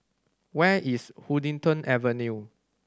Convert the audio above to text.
where is Huddington Avenue